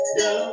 no